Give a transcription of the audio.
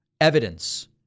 evidence